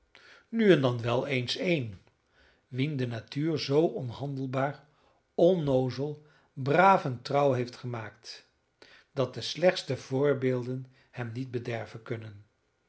nu en dan wel eens een wien de natuur zoo onhandelbaar onnoozel braaf en trouw heeft gemaakt dat de slechtste voorbeelden hem niet bederven kunnen